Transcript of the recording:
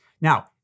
Now